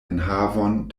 enhavon